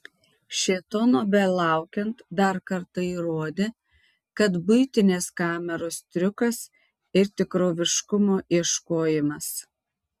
šėtono belaukiant dar kartą įrodė kad buitinės kameros triukas ir tikroviškumo ieškojimas